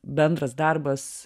bendras darbas